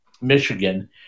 Michigan